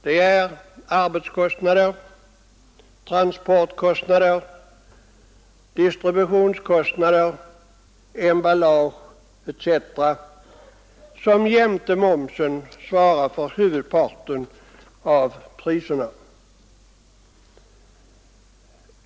Det är arbets-, transportoch distributionskostnader, emballage m. m, som jämte momsen svarar för huvudparten av priserna.